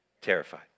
terrified